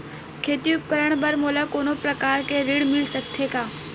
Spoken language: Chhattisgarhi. खेती उपकरण बर मोला कोनो प्रकार के ऋण मिल सकथे का?